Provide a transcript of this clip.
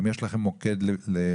אם יש לכם מוקד לפניות,